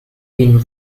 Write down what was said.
been